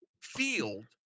field